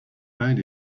find